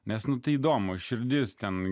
nes tai įdomu širdis ten